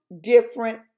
different